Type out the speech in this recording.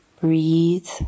Breathe